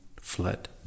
fled